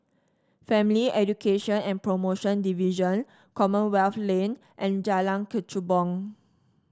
Family Education and Promotion Division Commonwealth Lane and Jalan Kechubong